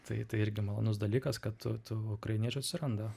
tai tai irgi malonus dalykas kad tų tų ukrainiečių atsiranda